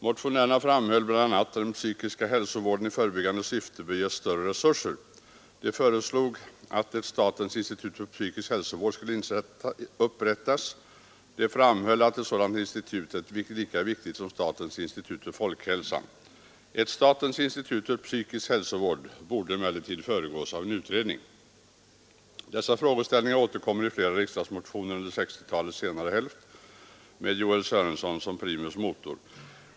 Motionärerna framhöll bl.a. att den psykiska hälsovården i förebyggande syfte bör ges större resurser. De föreslog att ett statens institut för psykisk hälsovård skulle upprättas. De framhöll att ett sådant institut är lika viktigt som statens institut för folkhälsan. Ett statens institut för psykisk hälsovård borde emellertid föregås av en utredning. Dessa frågeställningar återkommer i flera riksdagsmotioner under 1960-talets senare hälft med Joel Sörenson som primus motor.